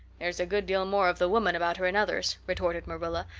there's a good deal more of the woman about her in others, retorted marilla,